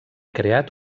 creat